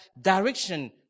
direction